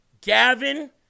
Gavin